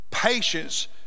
Patience